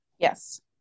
Yes